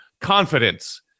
confidence